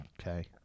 Okay